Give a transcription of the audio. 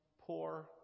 poor